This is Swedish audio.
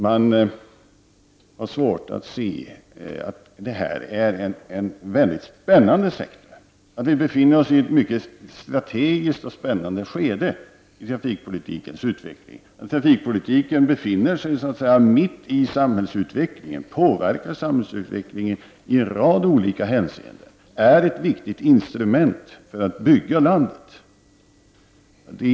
Man har svårt att se att detta är en mycket spännande sektor och att vi befinner oss i ett strategiskt och spännande skede av trafikpolitikens utveckling. Trafikpolitiken befinner sig mitt i samhällsutvecklingen. Den påverkar samhällsutvecklingen i en rad olika hänseenden. Den är ett viktgit instrument för att bygga landet.